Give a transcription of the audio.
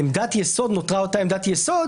עמדת היסוד נותרה אותה עמדת יסוד,